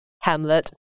Hamlet